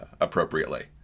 appropriately